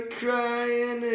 crying